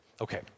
Okay